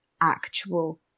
actual